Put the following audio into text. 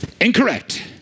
Incorrect